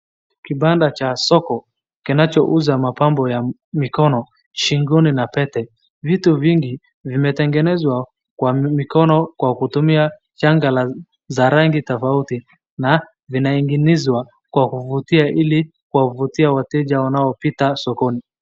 Kibanda cha soko kinachoiza mapambo ya mikono shingoni na pete, vitu vingi vimetengenezwa na mikono kwa kutumia shanga za rangi tofauti na zinaing'inizwa kwa kuvutia ili kwa kuvutia wateja wanaopita sokoni.